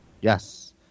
Yes